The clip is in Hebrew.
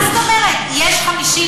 לא, אתם לא אומרים עובדות.